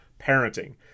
parenting